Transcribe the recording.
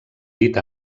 dit